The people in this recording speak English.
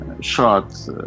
shot